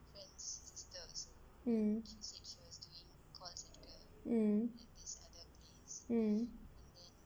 mm mm mm